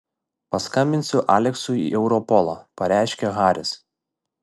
paskambinsiu aleksui į europolą pareiškė haris